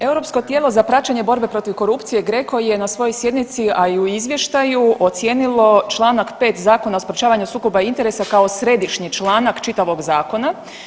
Europsko tijelo za praćenje borbe protiv korupcije-GRECO je na svojoj sjednici, a i u izvještaju ocijenilo čl. 5 Zakona o sprječavanju sukoba interesa kao središnji članak čitavog Zakona.